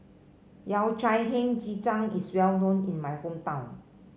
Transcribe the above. Yao Cai Hei Ji Tang is well known in my hometown